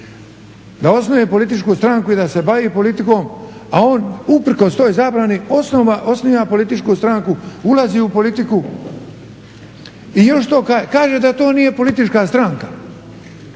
da osnuje političku stranku i da se bavi politikom. A on usprkos toj zabrani osniva političku stranku, ulazi u politiku i još kaže da to nije politička stranka,